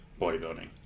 bodybuilding